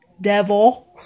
devil